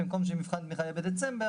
במקום שמבחן התמיכה יהיה בדצמבר,